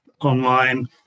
online